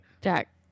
Jack